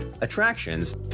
attractions